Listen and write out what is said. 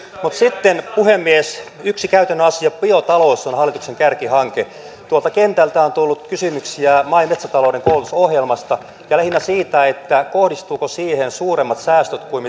mutta sitten puhemies yksi käytännön asia biotalous on hallituksen kärkihanke tuolta kentältä on tullut kysymyksiä maa ja metsätalouden koulutusohjelmasta lähinnä siitä kohdistuvatko siihen suuremmat säästöt kuin